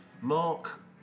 Mark